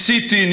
ניסיתי,